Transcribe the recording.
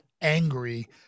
angry